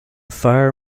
fear